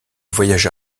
voyagea